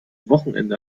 wochenende